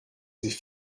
sie